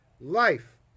Life